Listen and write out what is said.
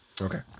Okay